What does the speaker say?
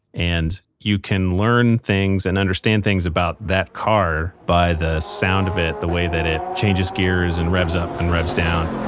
and you can learn things and understand things about that car by the sound of it, the way that it changes gears and revs up and revs down.